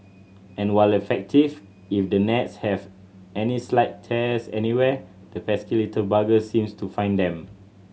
and while effective if the nets have any slight tears anywhere the pesky little buggers seem to find them